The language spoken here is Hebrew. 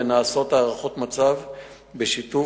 ונעשות הערכות מצב בשיתוף,